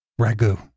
ragu